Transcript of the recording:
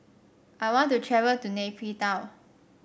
I want to travel to Nay Pyi Taw